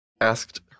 asked